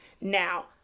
Now